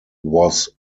was